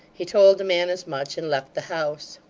he told the man as much, and left the house.